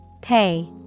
Pay